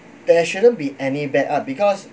there shouldn't be any bad art because